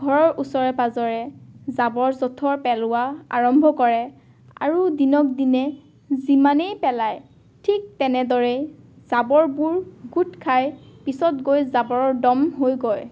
ঘৰৰ ওচৰে পাঁজৰে জাবৰ জোঁথৰ পেলোৱা আৰম্ভ কৰে আৰু দিনক দিনে যিমানেই পেলায় ঠিক তেনেদৰেই জাবৰবোৰ গোট খাই পিছত গৈ জাবৰৰ দম হৈগৈ